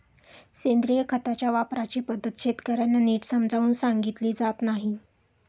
सेंद्रिय खताच्या वापराची पद्धत शेतकर्यांना नीट समजावून सांगितली जात नाही